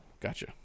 gotcha